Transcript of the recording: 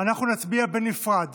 אנחנו נצביע בנפרד